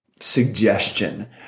suggestion